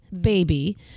baby